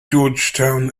georgetown